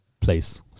place